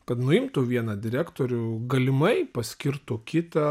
kad nuimtų vieną direktorių galimai paskirtų kitą